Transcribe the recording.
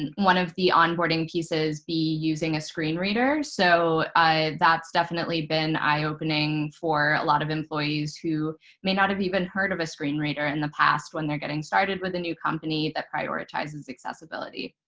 and one of the onboarding pieces be using a screen reader. so that's definitely been eye-opening for a lot of employees who may not have even heard of a screen reader in the past when they're getting started with a new company that prioritizes accessibility.